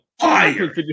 Fire